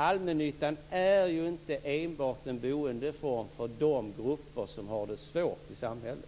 Allmännyttan är inte enbart en boendeform för de grupper som har de svårt i samhället,